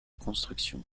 construction